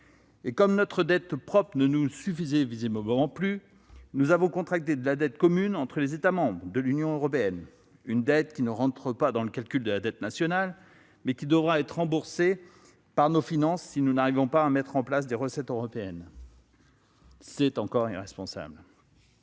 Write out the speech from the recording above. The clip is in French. ! Comme notre dette propre ne vous suffisait visiblement plus, nous avons engagé un processus d'émission de dette commune avec les autres États membres de l'Union européenne- cette dette n'entre pas dans le calcul de la dette nationale, mais elle devra être remboursée par nos finances si nous n'arrivons pas à mettre en place des recettes européennes. C'est encore irresponsable